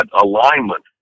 alignment